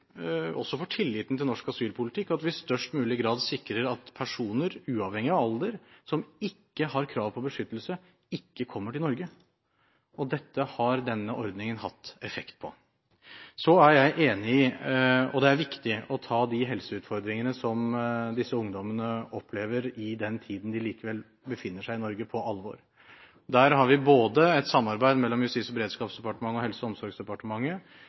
også for tilliten til norsk asylpolitikk at vi i størst mulig grad sikrer at personer – uavhengig av alder – som ikke har krav på beskyttelse, ikke kommer til Norge. Dette har denne ordningen hatt effekt på. Jeg er enig i at det er viktig å ta de helseutfordringene som disse ungdommene opplever i den tiden de likevel befinner seg i Norge, på alvor. Der har vi et samarbeid mellom Justis- og beredskapsdepartementet og Helse- og omsorgsdepartementet,